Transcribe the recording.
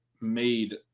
made